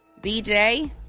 BJ